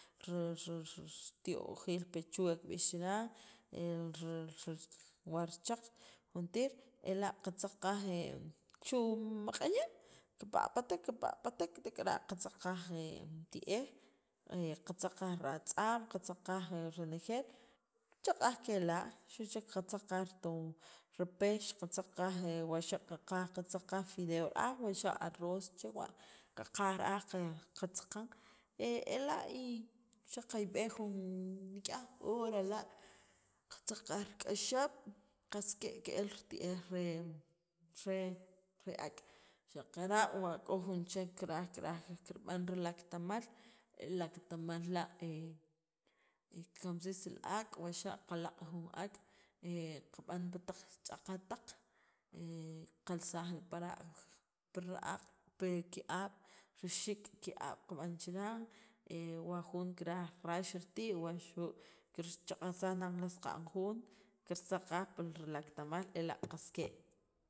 ritiojiil pechuga kib'iix chiran el warchaq' jun tiir ela' katzaq kaaj chu maq'anya kipapatek kipapatek tekara' katzaq' kaaj tieej katzaq' kaaj ratz'aam katzaq' kaaj renejeel kichaq'aaj kela xu cheek katzaq' kaaj ri tom ri pex katzaq' kaaj waxa' ka kaaj katzaq' kaaj fideo raaj wuxa' arroz chewa' ka kaaj raaj que katza kaan ela' y xaq' kyb'eej jun nikyaj hora la katzaq' kaaj rik'axaab' kas ke'e kel ri tieej re re ak' xaqara' wa' ko jun chek karaaj karaaj kirb'an ri laktamaal el laktamaal la kikamsiis li ak' waxa ka laq jun ak' kab'an pataq ch'aqataq' kalsaj jun paraq' paraq' pi kiab' rixiik' kiab' kab'an chiran ewa' jun kiraaj rax ritii waxu' kir chaq'ajsaaj nan laj saqan jun kirtzaq kaaj pir laktamaal ela' qas ke'e.